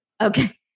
Okay